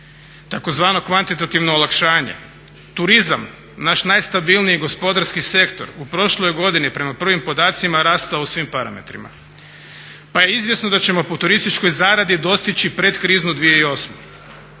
tzv. kvantitativno olakšanje. Turizam, naš najstabilniji gospodarski sektor u prošloj je godini prema prvim podacima rastao u svim parametrima pa je izvjesno da ćemo po turističkoj zaradi dostići predkriznu 2008.